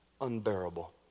unbearable